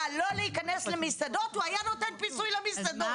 לא להיכנס למסעדות הוא היה נותן פיצוי למסעדות.